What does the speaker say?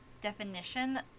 definition